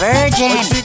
Virgin